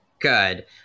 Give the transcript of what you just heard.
good